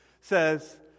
says